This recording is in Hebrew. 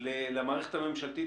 למערכת הממשלתית,